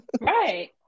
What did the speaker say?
right